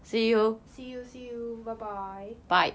see you see you see you bye bye bye